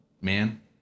man